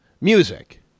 music